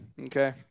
okay